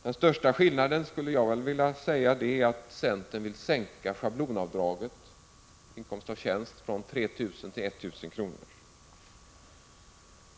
Den största skillnaden är att centern vill sänka schablonavdraget vid inkomst av tjänst från 3 000 till 1 000 kr.